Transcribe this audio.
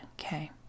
okay